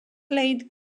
laid